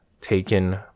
taken